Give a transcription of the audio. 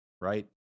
right